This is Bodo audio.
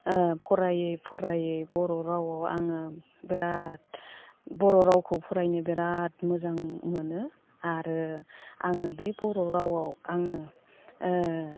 फरायै फरायै बर' रावआव आङो बिराद बर' रावखौ फरायनो बिराद मोजां मोनो आरो आङो बे बर' रावआव आङो